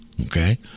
okay